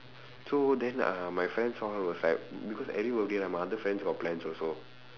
so then uh my friends all was like because every birthday like my other friends got plans also